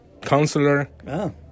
counselor